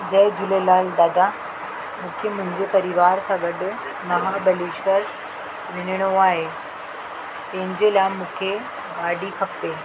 जय झूलेलाल दादा मूंखे मुंहिंजो परिवार सां गॾु महाबलेश्वर वञिणो आहे इनजे लाइ मूंखे गाॾी खपे